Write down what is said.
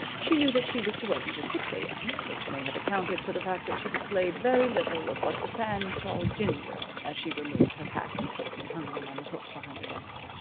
she knew that she was to work until six a m, which may have accounted for the fact that she displayed very little of what the fans call ginger as she removed her hat and coat and hung them on the hook behind the desk.